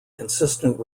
consistent